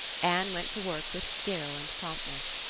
anne went to work with skill and promptness.